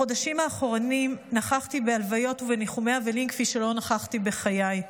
בחודשים האחרונים נכחתי בהלוויות ובניחומי אבלים כפי שלא נכחתי בחיי.